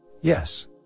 Yes